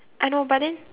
I know but then